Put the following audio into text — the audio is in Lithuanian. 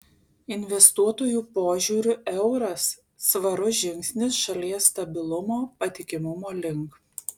investuotojų požiūriu euras svarus žingsnis šalies stabilumo patikimumo link